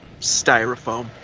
styrofoam